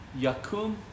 Yakum